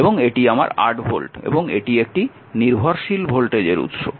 এবং এটি আমার 8 ভোল্ট এবং এটি একটি নির্ভরশীল ভোল্টেজের উত্স